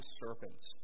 serpents